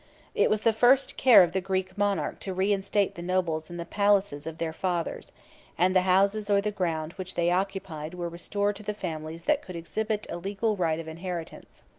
it was the first care of the greek monarch to reinstate the nobles in the palaces of their fathers and the houses or the ground which they occupied were restored to the families that could exhibit a legal right of inheritance.